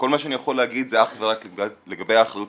כל מה שאני יכול להגיד זה אך ורק לגבי האחריות